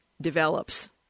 develops